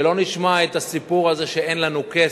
שלא נשמע את הסיפור הזה שאין לנו כסף.